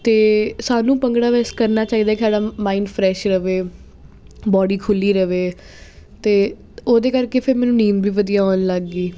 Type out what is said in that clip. ਅਤੇ ਸਾਨੂੰ ਭੰਗੜਾ ਵੈਸੇ ਕਰਨਾ ਚਾਹੀਦਾ ਕਿ ਸਾਡਾ ਮਾਇੰਡ ਫਰੈਸ਼ ਰਹੇ ਬੋਡੀ ਖੁੱਲ੍ਹੀ ਰਹੇ ਅਤੇ ਉਹਦੇ ਕਰਕੇ ਫਿਰ ਮੈਨੂੰ ਨੀਂਦ ਵੀ ਵਧੀਆ ਆਉਣ ਲੱਗ ਗਈ